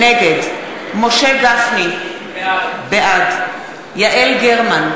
נגד משה גפני, בעד יעל גרמן,